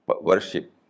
worship